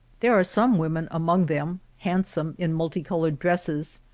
there are some women among them, handsome, in multi-colored dresses,